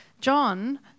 John